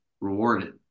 rewarded